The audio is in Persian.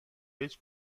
هیچ